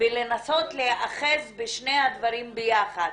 ולנסות להיאחז בשני הדברים ביחד,